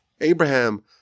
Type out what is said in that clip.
Abraham